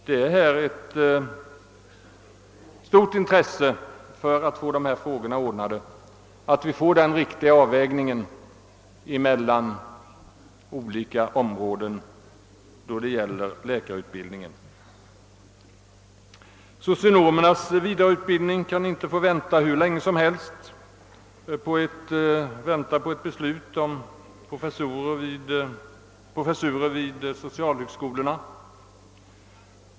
Det är en angelägenhet av verkligt stort intresse att förhållandena ordnas så att en riktig avvägning skapas mellan olika områden inom läkarutbildningen. Beträffande socionomernas vidareutbildning kan vi inte vänta hur länge som helst på ett beslut om inrättande av professurer vid socialhögskolorna.